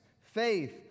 faith